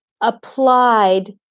applied